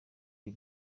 iyi